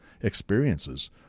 experiences